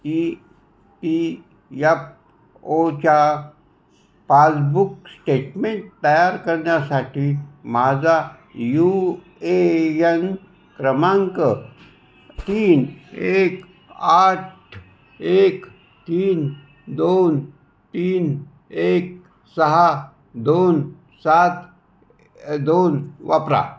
E P F ओच्या passbook statement तयार करण्यासाठी माझा यू ए यन क्रमांक तीन एक आठ एक तीन दोन तीन एक सहा दोन सात दोन वापरा